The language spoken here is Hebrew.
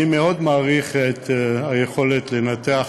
אני מאוד מעריך את היכולת של חברת הכנסת אורלי לוי לנתח